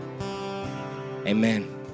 amen